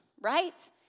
right